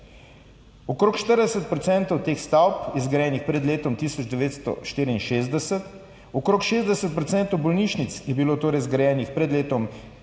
Okrog 40 % teh stavb je bilo zgrajenih pred letom 1964, okrog 60 % bolnišnic je bilo zgrajenih pred letom